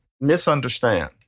misunderstand